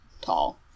tall